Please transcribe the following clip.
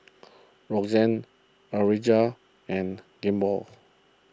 Roxane Urijah and Gilmore